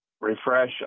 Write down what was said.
Refresh